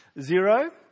Zero